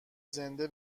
زنده